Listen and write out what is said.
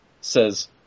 says